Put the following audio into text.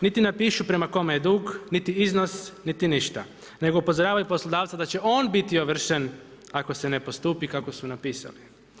Niti napišu prema kome je dug, niti iznos niti išta nego upozoravaju poslodavca da će on biti ovršen ako se ne postupi kako su napisali.